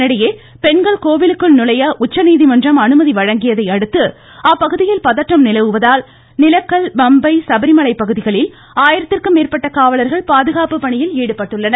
இதனிடையே பெண்கள் கோவிலுக்குள் நுழைய உச்சநீதிமன்றம் அனுமதி வழங்கியதை அடுத்து அப்பகுதியில் பதற்றம் நிலவுவதால் நிலக்கல் பம்பை சபரிமலை பகுதிகளில் ஆயிரத்திற்கும் மேற்பட்ட காவலர்கள் பாதுகாப்பு பணியில் ஈடுபட்டுள்ளனர்